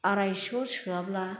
आराइस' सोआब्ला